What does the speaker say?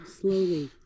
slowly